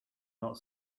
not